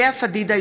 לאה פדידה,